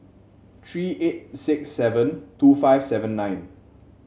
three eight six seven two five seven nine